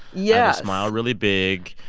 yeah smile really big,